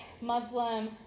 Muslim